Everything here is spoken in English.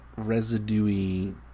residuey